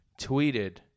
tweeted